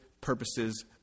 purposes